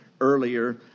earlier